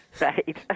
Right